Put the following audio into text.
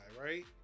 right